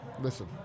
listen